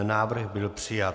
Návrh byl přijat.